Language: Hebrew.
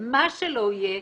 מה שלא יהיה,